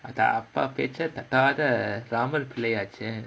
அது அப்பா பேச்ச தட்டாத ராமர் பிள்ளை ஆச்சே:athu appaa pecha thattaatha ramar pillai aachae